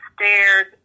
stairs